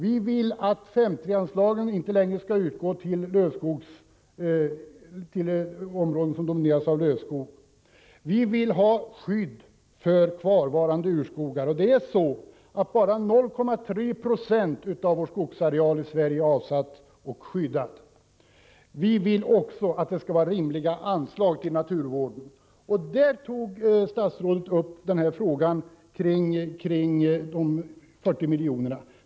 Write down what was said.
Vi vill att 5:3-anslagen inte längre skall utgå vad gäller områden som domineras av lövskog. Vi vill också att kvarvarande urskogar skall skyddas. Bara 0,3 96 av skogsarealen i Sverige är nämligen avsatt och skyddad. Vidare vill vi ha rimliga anslag till naturvården. I det sammanhanget tog statsrådet upp frågan om de 40 miljonerna.